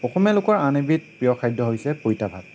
অসমীয়া লোকৰ আন এবিধ প্ৰিয় খাদ্য হৈছে পইতা ভাত